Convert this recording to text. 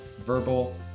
Verbal